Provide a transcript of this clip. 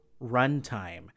runtime